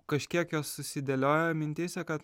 kažkiek jos susidėliojo mintyse kad